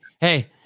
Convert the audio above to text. hey